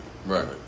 Right